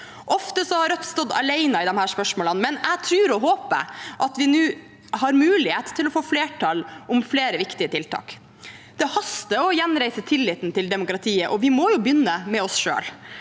Ofte har Rødt stått alene i disse spørsmålene, men jeg tror og håper at vi nå har mulighet til å få flertall om flere viktige tiltak. Det haster å gjenreise tilliten til demokratiet, og vi må begynne med oss selv.